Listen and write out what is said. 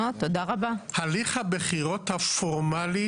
הליך הבחירות הפורמלי,